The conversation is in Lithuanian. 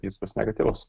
jis bus negatyvus